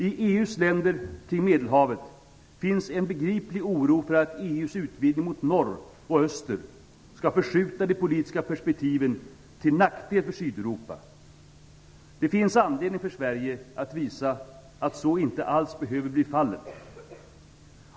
I EU-länder kring Medelhavet finns en begriplig oro för att EU:s utvidgning mot norr och öster skall förskjuta de politiska perspektiven till nackdel för Sydeuropa. Det finns anledning för Sverige att visa att så inte alls behöver bli fallet.